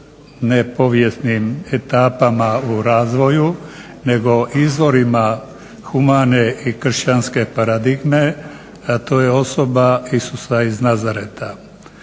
ne povijesnim etapa u razvoju nego izvorima humane i kršćanske paradigme, a to je osoba Isusa iz Nazareta.